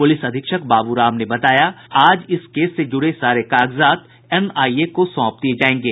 police अधीक्षक बाबू राम ने बताया कि आज इस केस से जुड़े सारे कागजात एनआईए को सौंप दिये जायेंगे